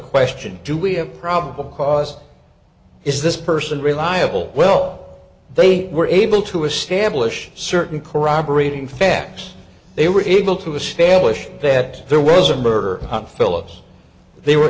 question do we have probable cause is this person reliable well they were able to establish certain corroborating facts they were able to establish that there was a murder on philips they were